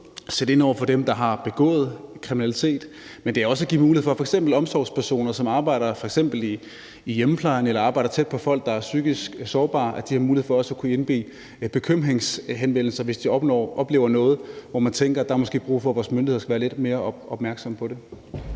sætte ind over for dem, der har begået kriminalitet, men det er også at give f.eks. omsorgspersoner, som arbejder i hjemmeplejen eller arbejder tæt på folk, der er psykisk sårbare, mulighed for at kunne indgive bekymringshenvendelser, hvis de oplever noget, hvor de tænker, at der måske er brug for, at vores myndigheder skal være lidt opmærksomme. Kl.